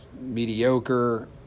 mediocre